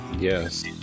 yes